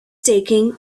taking